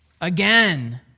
Again